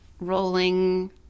rolling